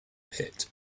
pit